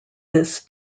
this